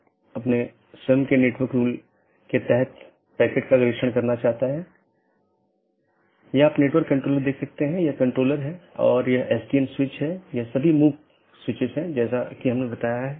तो IBGP speakers की तरह AS के भीतर पूर्ण मेष BGP सत्रों का मानना है कि एक ही AS में साथियों के बीच एक पूर्ण मेष BGP सत्र स्थापित किया गया है